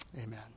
Amen